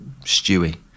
Stewie